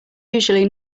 usually